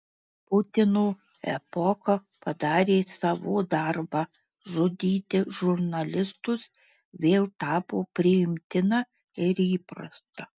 putino epocha padarė savo darbą žudyti žurnalistus vėl tapo priimtina ir įprasta